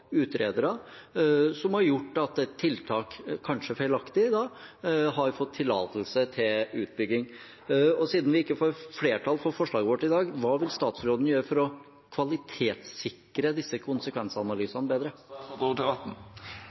utredere, som har gjort at et tiltak, kanskje feilaktig, har fått tillatelse til utbygging. Siden vi ikke får flertall for forslaget vårt i dag, hva vil statsråden gjøre for å kvalitetssikre disse konsekvensanalysene bedre?